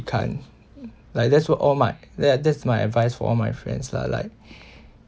can't like that's all my there that's my advice for all my friends lah like